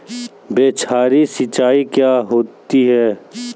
बौछारी सिंचाई क्या होती है?